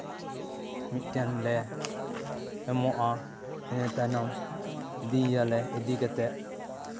ᱢᱤᱫᱴᱮᱱ ᱞᱮ ᱮᱢᱚᱜᱼᱟ ᱤᱱᱟᱹ ᱛᱟᱭᱱᱚᱢ ᱤᱫᱤᱭᱭᱟᱞᱮ ᱤᱫᱤ ᱠᱟᱛᱮᱫ